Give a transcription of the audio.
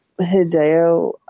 Hideo